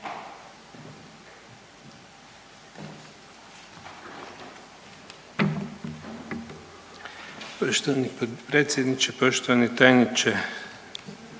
Poštovani potpredsjedniče, poštovani tajniče,